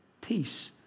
peace